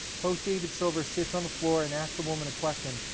host david silver sits on the floor and asks the woman a question,